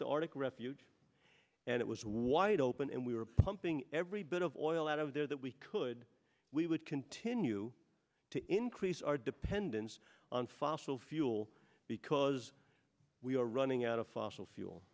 the arctic refuge and it was wide open and we were pumping every bit of oil out of there that we could we would continue to increase our dependence on fossil fuel because we are running out of fossil fuel